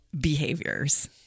behaviors